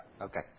okay